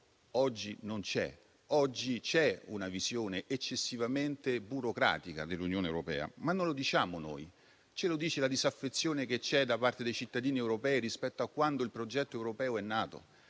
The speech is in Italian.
oggi non c'è. Oggi c'è una visione eccessivamente burocratica dell'Unione europea, ma non lo diciamo noi: ce lo dimostra la disaffezione da parte dei cittadini europei rispetto a quando il progetto europeo è nato.